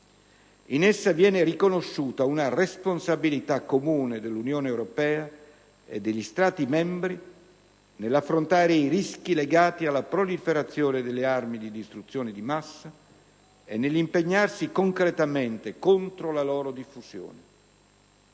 In essa viene riconosciuta una responsabilità comune dell'Unione europea e degli Stati membri nell'affrontare i rischi legati alla proliferazione delle armi di distruzione di massa e nell'impegnarsi concretamente contro la loro diffusione;